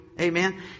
Amen